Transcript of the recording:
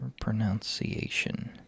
Pronunciation